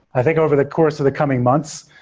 i think over the course of the coming months,